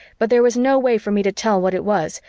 but there was no way for me to tell what it was,